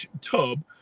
Tub